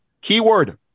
Keyword